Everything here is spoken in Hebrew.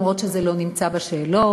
אף-על-פי שזה לא נמצא בשאלות,